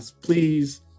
Please